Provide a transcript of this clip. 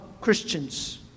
Christians